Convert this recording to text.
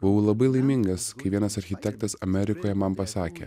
buvau labai laimingas kai vienas architektas amerikoje man pasakė